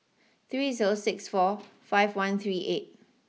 three zero six four five one three eight